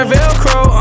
Velcro